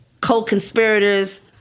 co-conspirators